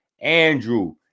Andrew